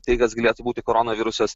tai kas galėtų būti koronavirusas